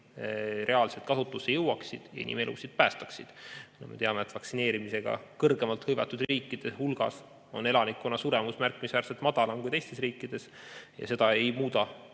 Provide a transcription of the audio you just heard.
reaalselt kasutusse jõuaksid ja inimelusid päästaksid.Me teame, et vaktsineerimisega kõrgemalt hõivatud riikide hulgas on elanikkonna suremus märkimisväärselt madalam kui teistes riikides. Seda ei muuda